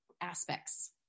aspects